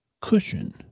cushion